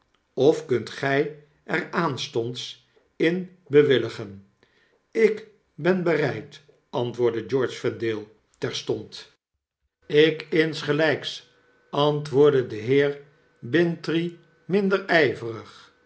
of kunt gj er aanstonds in bewilligen ik ben bereid antwoordde george vendale terstond geen uitweg ik insgelyks antwoordde de heer bintrey minder